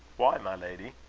why, my lady?